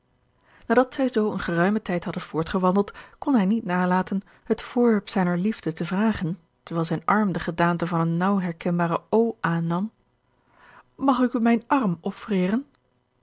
nadat zij zoo een geruimen tijd hadden voortgewandeld kon hij niet nalaten het voorwerp zijner liefde te vragen terwijl zijn arm de gedaante van eene naauw herkenbare o aannam mag ik u mijn arm offreren